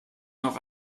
noch